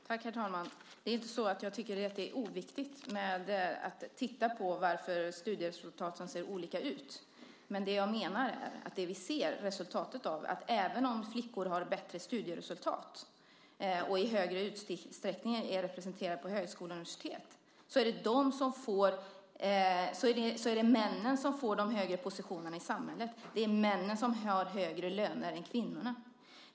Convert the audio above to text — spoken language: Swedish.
Herr talman! Det är inte så att jag tycker att det är oviktigt att titta på varför studieresultaten ser olika ut. Men jag menar att resultatet är att även om flickor har bättre studieresultat och i högre utsträckning är representerade vid högskolor och universitet så är det männen som får de höga positionerna i samhället och har högre löner än kvinnorna.